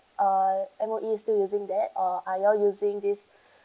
uh M_O_E is still using that or are you all using this